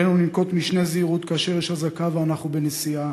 עלינו לנקוט משנה זהירות כאשר יש אזעקה ואנחנו בנסיעה,